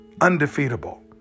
undefeatable